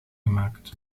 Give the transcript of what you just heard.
gemaakt